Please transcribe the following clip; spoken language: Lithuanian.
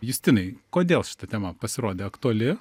justinai kodėl šita tema pasirodė aktuali